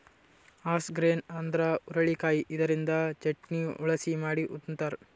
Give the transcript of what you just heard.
horse grain ಅಂದ್ರ ಹುರಳಿಕಾಯಿ ಇದರಿಂದ ಚಟ್ನಿ, ಉಸಳಿ ಮಾಡಿ ಉಂತಾರ್